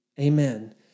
Amen